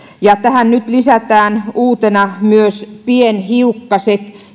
ja tähän nyt lisätään uutena myös pienhiukkaset